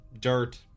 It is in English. dirt